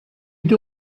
you